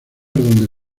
donde